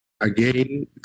again